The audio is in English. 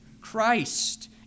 Christ